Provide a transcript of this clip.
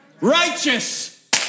Righteous